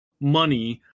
money